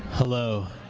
hello.